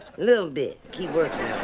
little bit, keep working